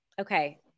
Okay